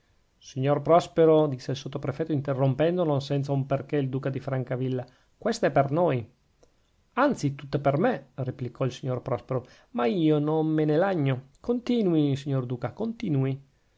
signor prospero disse il sottoprefetto interrompendo non senza un perchè il duca di francavilla questa è per noi anzi tutta per me replicò il signor prospero ma io non me ne lagno continui signor duca continui